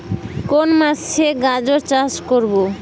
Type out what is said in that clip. কোন মাসে গাজর চাষ করব?